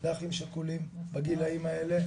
לאחים שכולים בגילאים האלה,